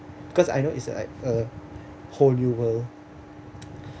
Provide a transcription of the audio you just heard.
cause I know is like a whole new world